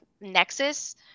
nexus